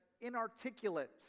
inarticulate